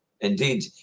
Indeed